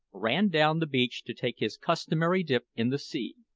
ran down the beach to take his customary dip in the sea.